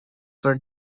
were